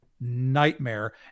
nightmare